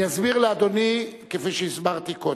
אני אסביר לאדוני, כפי שהסברתי קודם,